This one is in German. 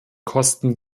kosten